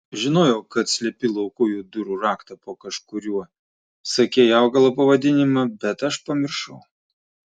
žinojau kad slepi laukujų durų raktą po kažkuriuo sakei augalo pavadinimą bet aš pamiršau